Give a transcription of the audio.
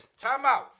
timeout